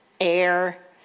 air